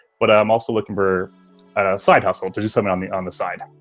but i am also looking for side hustle to do something on the on the side.